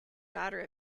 daughter